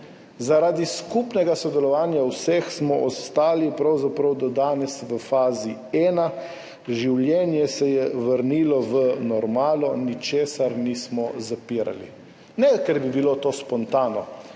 Zaradi skupnega sodelovanja vseh smo ostali pravzaprav do danes v fazi ena, življenje se je vrnilo v normalo, ničesar nismo zapirali. Ne, ker bi bilo to spontano,